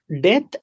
death